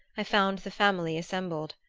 i found the family assembled.